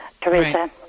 Teresa